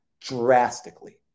drastically